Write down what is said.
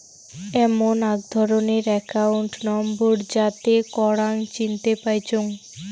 এমন আক ধরণের একাউন্ট নম্বর যাতে করাং চিনতে পাইচুঙ